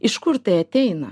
iš kur tai ateina